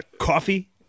coffee